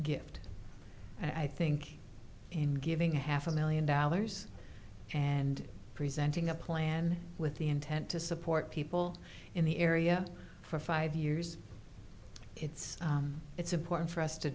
gift i think in giving half a million dollars and presenting a plan with the intent to support people in the area for five years it's it's important for us to